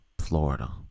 Florida